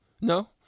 No